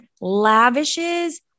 lavishes